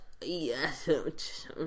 yes